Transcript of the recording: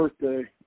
birthday